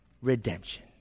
redemption